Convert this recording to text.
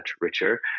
richer